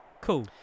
Cool